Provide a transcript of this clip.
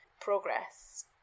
progress